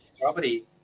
property